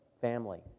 family